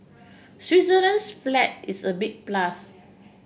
Switzerland's flag is a big plus